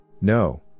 No